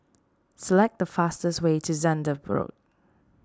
select the fastest way to Zehnder Road